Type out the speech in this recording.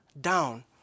down